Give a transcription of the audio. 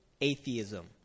atheism